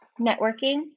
networking